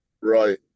Right